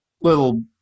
little